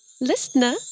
listener